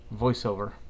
voiceover